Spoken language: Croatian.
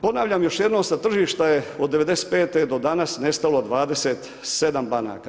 Ponavljam još jednom sa tržišta je od '95. do danas nestalo 27 banaka.